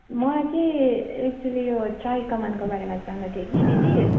मलाई चाहिँ एक्चुली यो चियाकमानको बारेमा जान्नु थियो कि दिदी